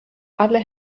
alle